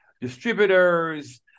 distributors